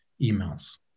emails